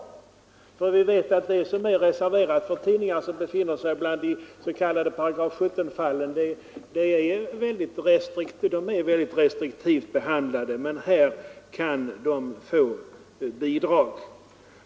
Vi känner till de små belopp som är reserverade för tidningar som befinner sig bland de s.k. § 17-fallen, och vi vet att dessa är mycket restriktivt behandlade, men här kan de få bidrag.